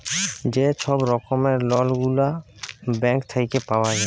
যে ছব রকমের লল গুলা ব্যাংক থ্যাইকে পাউয়া যায়